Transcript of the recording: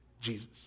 Jesus